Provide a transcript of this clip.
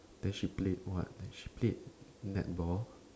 then she played what she played netball